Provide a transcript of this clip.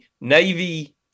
navy